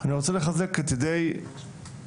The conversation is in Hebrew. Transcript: אני רוצה לחזק את ידי הסטודנטים.